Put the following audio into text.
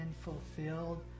fulfilled